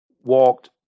walked